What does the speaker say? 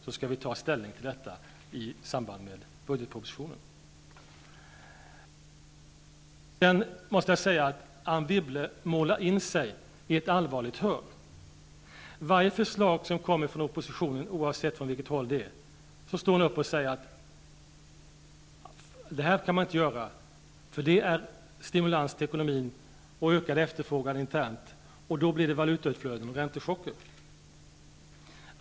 Då skall vi ta ställning till detta i samband med budgetpropositionen. Anne Wibble målar in sig i ett allvarligt hörn. Vid varje förslag som kommer från oppositionen, oavsett från vilket håll det är, står hon upp och säger att detta kan man inte göra för det är stimulans till ekonomin och ökad efterfrågan internt. Då blir det valutautflöden och räntechocker.